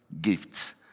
gifts